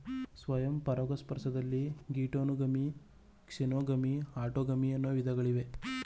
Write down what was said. ಸ್ವಯಂ ಪರಾಗಸ್ಪರ್ಶದಲ್ಲಿ geitonogamy, xenogamy, autogamy ಅನ್ನೂ ವಿಧಗಳಿವೆ